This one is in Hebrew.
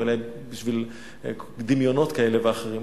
ואולי בשביל דמיונות כאלה ואחרים,